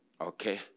Okay